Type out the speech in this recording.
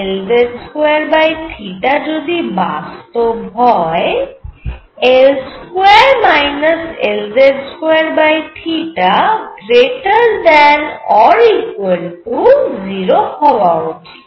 L2 Lz2 যদি বাস্তব হয় L2 Lz2 ≥0 হওয়া উচিত